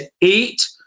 eight